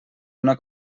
una